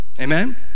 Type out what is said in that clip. Amen